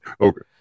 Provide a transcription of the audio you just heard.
Okay